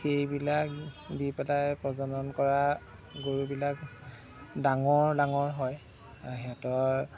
সেইবিলাক দি পেলাই প্ৰজনন কৰা গৰুবিলাক ডাঙৰ ডাঙৰ হয় সেহেঁতৰ